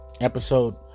episode